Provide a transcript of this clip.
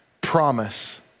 promise